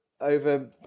Over